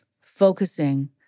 focusing